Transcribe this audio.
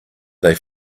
they